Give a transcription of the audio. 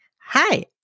hi